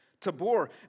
Tabor